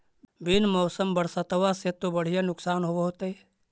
बिन मौसम बरसतबा से तो बढ़िया नुक्सान होब होतै?